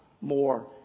more